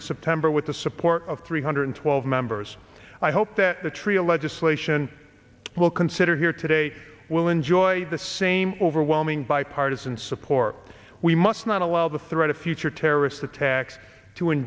in september with the support of three hundred twelve members i hope that the trio legislation will consider here today will enjoy the same overwhelming bipartisan support we must not allow the threat of future terrorist attacks to